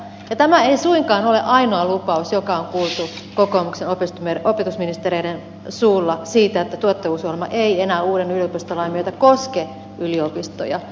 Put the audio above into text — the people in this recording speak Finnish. ja tämä ei suinkaan ole ainoa lupaus joka on kuultu kokoomuksen opetusministereiden suulla siitä että tuottavuusohjelma ei enää uuden yliopistolain myötä koske yliopistoja